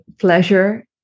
pleasure